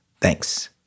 Thanks